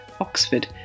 Oxford